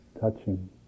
touching